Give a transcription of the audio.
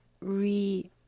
re